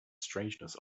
strangeness